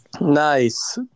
Nice